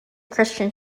christian